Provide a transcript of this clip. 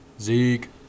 Zeke